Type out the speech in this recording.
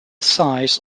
size